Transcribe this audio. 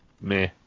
meh